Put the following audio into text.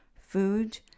food